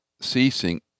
ceasing